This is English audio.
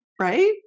right